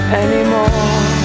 anymore